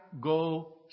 go